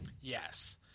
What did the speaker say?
Yes